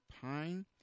Pine